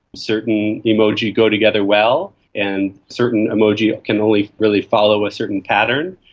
certain emoji go together well, and certain emoji can only really follow a certain pattern.